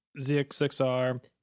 ZX6R